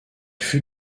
fut